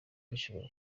bishoboka